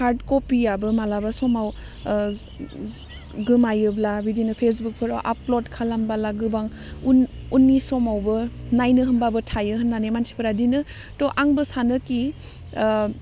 hard कपियाबो मालाबा समाव गोमायोब्ला बिदिनो फेसबुकफोराव आपलड खालामबाला गोबां उन उननि समावबो नायनो होमबाबो थायो होन्नानै मानसिफोरा बिदिनो थह आंबो सानो खि